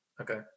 Okay